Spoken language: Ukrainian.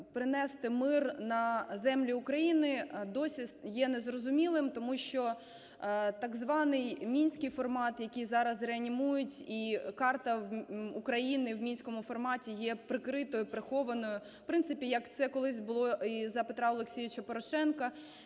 принести мир на землі України досі є незрозумілим, тому що так званий мінський формат, який зараз реанімують, і карта України в мінському форматі є прикритою, прихованою, в принципі, як це колись було і за Петра Олексійовича Порошенка.